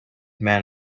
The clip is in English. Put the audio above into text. men